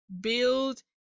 build